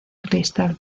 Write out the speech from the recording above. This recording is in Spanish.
cristal